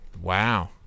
Wow